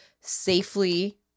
safely